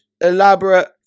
elaborate